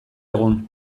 egun